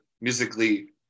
musically